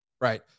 right